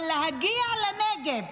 אבל להגיע לנגב